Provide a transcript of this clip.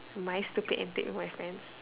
my stupid antics with my friends